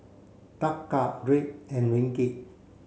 Taka Riel and Ringgit